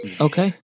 okay